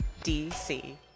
DC